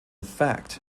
fact